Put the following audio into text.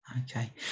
okay